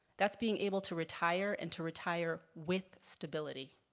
that's being able to retire and to retire with stability.